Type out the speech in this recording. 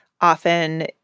often